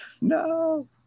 No